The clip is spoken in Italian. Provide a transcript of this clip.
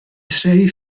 sei